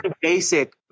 basic